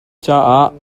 caah